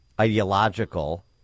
ideological